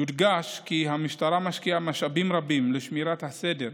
יודגש כי המשטרה משקיעה משאבים רבים בשמירת הסדר,